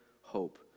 hope